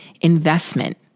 investment